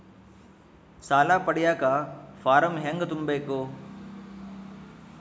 ಸಾಲ ಪಡಿಯಕ ಫಾರಂ ಹೆಂಗ ತುಂಬಬೇಕು?